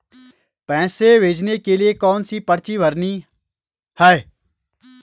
पैसे भेजने के लिए कौनसी पर्ची भरनी है?